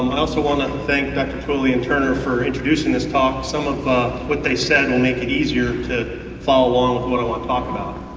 also want to thank dr. twilley and turner for introducing this talk. some of ah what they said will make it easier to follow um what i talk about.